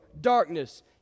darkness